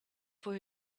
for